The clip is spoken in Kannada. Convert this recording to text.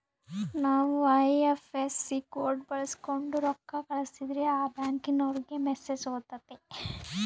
ನಾವು ಐ.ಎಫ್.ಎಸ್.ಸಿ ಕೋಡ್ ಬಳಕ್ಸೋಂಡು ರೊಕ್ಕ ಕಳಸಿದ್ರೆ ಆ ಬ್ಯಾಂಕಿನೋರಿಗೆ ಮೆಸೇಜ್ ಹೊತತೆ